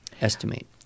estimate